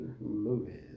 movies